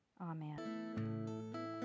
amen